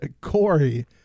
Corey